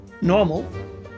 normal